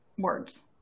words